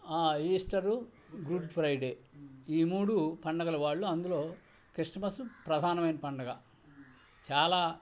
Easter Good Friday ఈ మూడు పండగల వాళ్ళు అందులో క్రిస్టమసు ప్రధానమైన పండగ చాలా